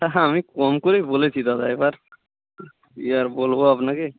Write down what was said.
হা হা আমি কম করেই বলেছি দাদা এবার কী আর বলব আপনাকে